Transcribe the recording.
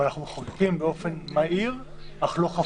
אבל אנחנו מחוקקים באופן מהיר אך לא חפוז.